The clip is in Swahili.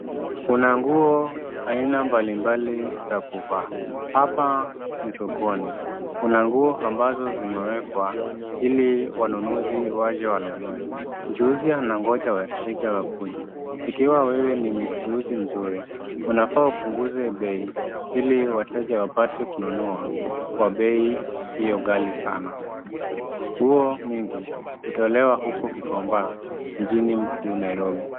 Kuna nguo aina mbalimbali za kuvaa. Hapa ni sokoni. Kuna nguo ambazo zimewekwa ili wanunuzi waje wanunue, mchuuzi anangoja wateja wakuje, ikiwa wewe ni mchuuzi mzuri unafaa upunguze bei ili wateja wapate kununua kwa bei isiyo ghali sana, Nguo mingi utolewa uko gikomba mjini mkuu Nairobi.